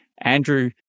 Andrew